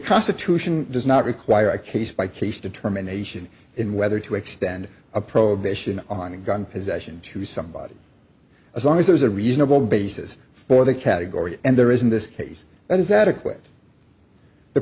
constitution does not require a case by case determination in whether to extend a prohibition on gun possession to somebody as long as there's a reasonable basis for that category and there is in this case that is adequate the